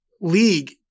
league